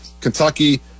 Kentucky